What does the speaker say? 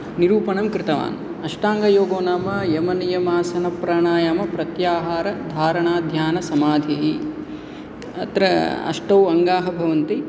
निरूपणं कृतवान् अष्टाङ्गयोगो नाम यमनियमासमप्राणायामप्रत्याहारधारणध्यानसमाधिः अत्र अष्टौ अङ्गाः भवन्ति